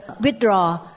withdraw